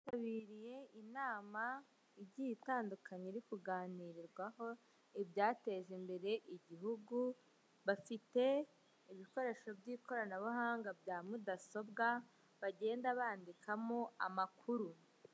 Abitabiriye inama igiye itandukanye iri kuganirwaho ibyateje imbere igihugu, bafite ibikoresho by'ikoranabuhanga bya mudasobwa bagenda bandikamo amakuru.